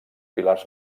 pilars